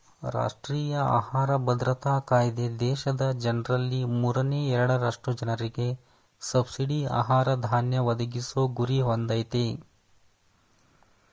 ರಾಷ್ಟ್ರೀಯ ಆಹಾರ ಭದ್ರತಾ ಕಾಯ್ದೆ ದೇಶದ ಜನ್ರಲ್ಲಿ ಮೂರನೇ ಎರಡರಷ್ಟು ಜನರಿಗೆ ಸಬ್ಸಿಡಿ ಆಹಾರ ಧಾನ್ಯ ಒದಗಿಸೊ ಗುರಿ ಹೊಂದಯ್ತೆ